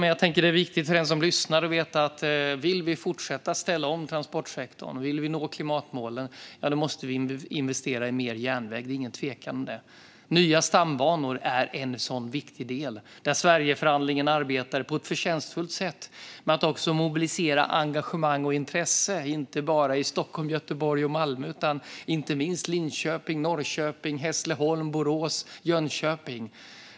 Men det är viktigt för den som lyssnar att veta att om vi vill fortsätta att ställa om transportsektorn och nå klimatmålen måste vi investera i mer järnväg. Det är ingen tvekan om det. Nya stambanor är en viktig del i det. Sverigeförhandlingen arbetade på ett förtjänstfullt sätt med att mobilisera engagemang och intresse, och inte bara i Stockholm, Göteborg och Malmö utan i inte minst Linköping, Norrköping, Hässleholm, Borås och Jönköping.